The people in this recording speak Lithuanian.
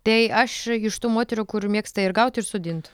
tai aš iš tų moterų kur mėgsta ir gaut ir sodint